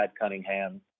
Cunningham